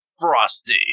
frosty